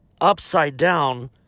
upside-down